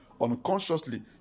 Unconsciously